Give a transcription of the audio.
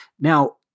Now